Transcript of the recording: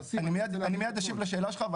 אני מיד אשיב לשאלה שלך,